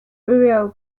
burial